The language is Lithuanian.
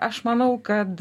aš manau kad